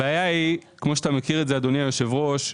הבעיה היא, כמו שאתה מכיר את זה אדוני היושב ראש,